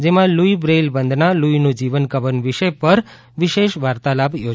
જેમાં લુઈ બ્રેઈલવંદના લુઈનું જીવનકવન વિષય પર વિશેષ વાર્તાલાપા યોજાશે